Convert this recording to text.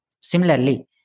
Similarly